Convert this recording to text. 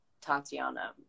Tatiana